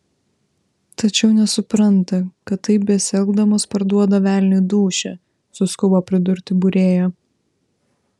tačiau nesupranta kad taip besielgdamos parduoda velniui dūšią suskubo pridurti būrėja